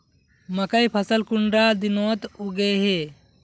मकई फसल कुंडा दिनोत उगैहे?